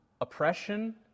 Oppression